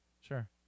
sure